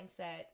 mindset